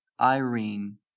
irene